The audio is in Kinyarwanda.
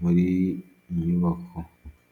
muri iyo nyubako.